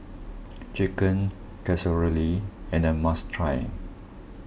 Chicken Casserole and a must try